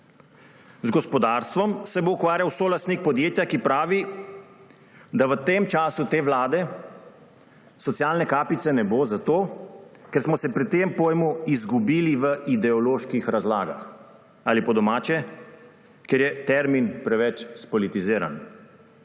Z gospodarstvom se bo ukvarjal solastnik podjetja, ki pravi, da v času te vlade socialne kapice ne bo, zato ker smo se pri tem pojmu izgubili v ideoloških razlagah, ali po domače, ker je termin preveč spolitiziran.